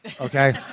okay